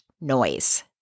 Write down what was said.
noise